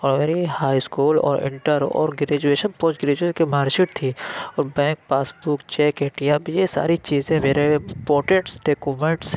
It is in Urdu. اور میری ہائی اسکول اور انٹر اور گریجویشن پوسٹ گریجویٹ کے مارک شیٹ تھی اور bank pass book cheque A T M یہ ساری چیزیں میرے امپورٹنٹ ڈاکومنٹس